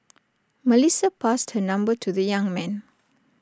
Melissa passed her number to the young man